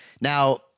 Now